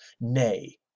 Nay